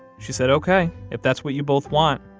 she said, ok, if that's what you both want.